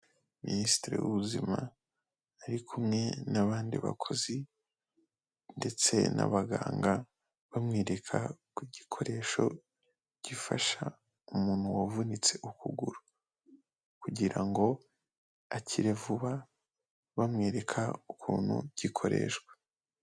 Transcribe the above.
Minisitiri w'ubuzima ari kumwe n'abandi bakozi ndetse n'abaganga bamwereka ku gikoresho gifasha umuntu wavunitse ukuguru kugira ngo akire vuba, bamwereka ukuntu gikoreshwa.